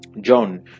john